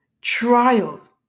trials